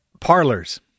parlors